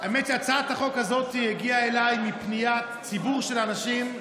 האמת היא שהצעת החוק הזאת הגיעה אליי מפניית ציבור של אנשים,